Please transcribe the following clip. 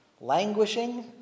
languishing